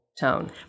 tone